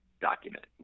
document